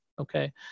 Okay